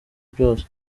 byose